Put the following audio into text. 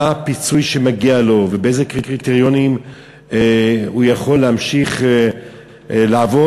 הפיצוי שמגיע לו ובאיזה קריטריונים הוא יכול להמשיך לעבוד,